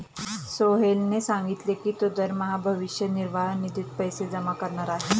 सोहेलने सांगितले की तो दरमहा भविष्य निर्वाह निधीत पैसे जमा करणार आहे